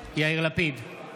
יאיר לפיד,